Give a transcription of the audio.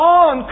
on